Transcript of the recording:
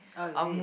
oh is it